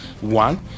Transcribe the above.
one